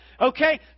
Okay